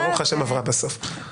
וברוך השם עברה בסוף.